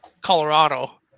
Colorado